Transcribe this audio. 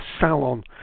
salon